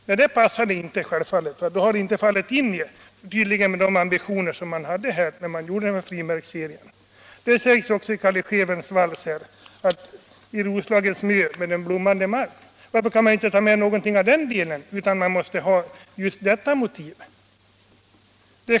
Nej, det passade självfallet inte, ty då hade det inte överensstämt med de ambitioner som man tydligen hade då man gjorde frimärksserien. I Calle Schewens vals ingår också orden ”I Roslagens famn på den blommande ö...” Varför kan man inte ta med någonting av den delen utan just detta motiv?